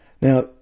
Now